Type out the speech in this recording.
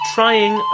Trying